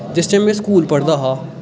जिस टैम मैं स्कूल पढ़दा हा